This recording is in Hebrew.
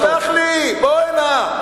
סלח לי, בוא הנה.